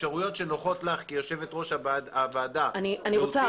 אפשרויות שנוחות לך כיושבת-ראש הוועדה- -- אני רוצה